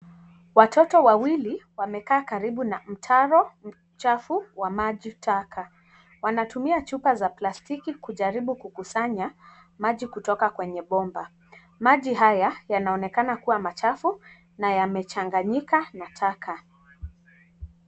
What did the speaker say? Watoto wawili wamekaa karibu na mtaro mchafu wa maji taka, wanatumia chupa za plastiki kujaribu kukusanya maji kutoka kwenye bomba, maji haya yanaonekana kuwa machafu na yamechanganyika na taka.